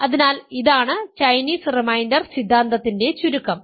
അതിനാൽ ഇതാണ് Chinese remainder സിദ്ധാന്തത്തിന്റെ ചുരുക്കം